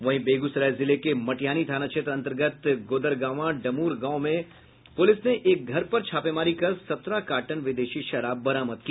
वहीं बेगूसराय जिले के मटिहानी थाना क्षेत्र अंतर्गत गोदरगावां डमुर गांव में पुलिस ने एक घर पर छापेमारी कर सत्रह कार्टन विदेशी शराब बरामद किया